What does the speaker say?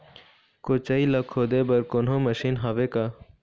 कोचई ला खोदे बर कोन्हो मशीन हावे का?